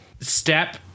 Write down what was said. step